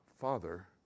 father